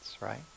Right